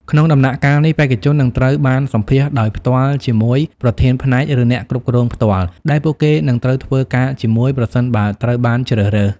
ក្នុងដំណាក់កាលនេះ បេក្ខជននឹងត្រូវបានសម្ភាសន៍ដោយផ្ទាល់ជាមួយ ប្រធានផ្នែក ឬអ្នកគ្រប់គ្រងផ្ទាល់ ដែលពួកគេនឹងត្រូវធ្វើការជាមួយ ប្រសិនបើត្រូវបានជ្រើសរើស។